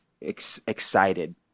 excited